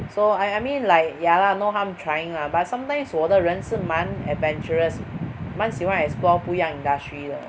so I I mean like ya lah no harm trying lah but sometimes 我的人是蛮 adventurous 蛮喜欢 explore 不一样 industry 的